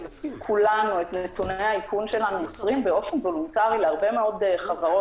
כולנו את נתוני האיכון שלנו מוסרים באופן וולונטרי להרבה מאוד חברות,